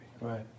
Right